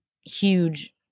huge